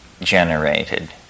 generated